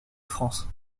france